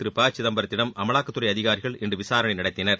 திரு ப சிதம்பரத்திடம் அமலாக்கத்துறை அதிகாரிகள் இன்று விசாரணை நடத்தினர்